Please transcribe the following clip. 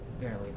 barely